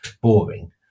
boring